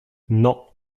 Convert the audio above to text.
non